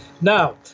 Now